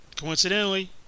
Coincidentally